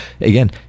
again